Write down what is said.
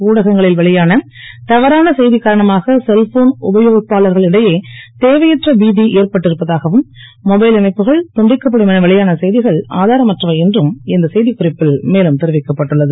ஊடகங்களில் வெளியான தவறான செ காரணமாக செல்போன் உபயோகிப்பாளர்கள் இடையே தேவையற்ற பீ ஏற்பட்டிருப்பதாகவும் மொபைல் இணைப்புகள் துண்டிக்கப்படும் என வெளியான செ ஆதாரமற்றவை என்றும் இந்த செ க் குறிப்பில் மேலும் தெரிவிக்கப்பட்டுள்ளது